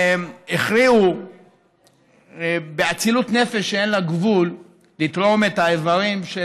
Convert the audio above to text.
והכריעו באצילות נפש שאין לה גבול לתרום את האיברים של